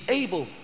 able